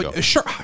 sure